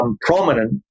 Prominent